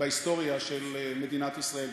בהיסטוריה של מדינת ישראל.